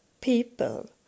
people